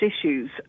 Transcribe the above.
issues